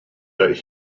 that